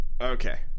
Okay